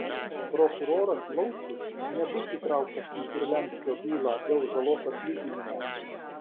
prokuroras laucius nebus įtrauktas į kurlianskio bylą dėl žalos atlyginimo